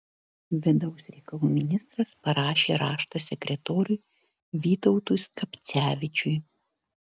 vidaus reikalų ministras parašė raštą sekretoriui vytautui skapcevičiui